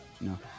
No